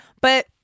But-